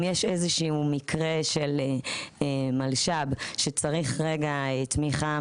אם יש איזשהו מקרה של מלש"ב שצריך תמיכה,